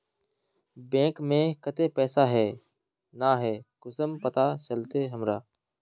Bank में केते पैसा है ना है कुंसम पता चलते हमरा?